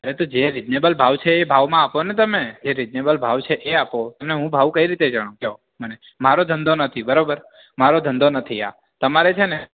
અરે તો જે રિજનેબલ ભાવ છે એ ભાવમાં આપો ને તમે એ રિજનેબલ ભાવ છે એ આપો તમને હું ભાવ કઈ રીતે જણાવું કહો મને મારો ધંધો નથી બરાબર મારો ધંધો નથી આ તમારે છે ને